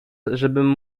żebym